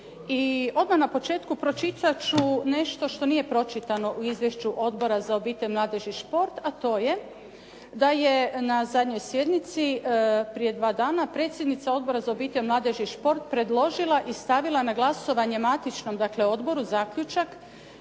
I odmah na početku pročitat ću nešto što nije pročitano u izvješću Odbora za obitelj, mladež i šport, a to je da je na zadnjoj sjednici prije dva dana predsjednica Odbora za obitelj, mladež i šport predložila i stavila na glasovanje matičnom odboru zaključak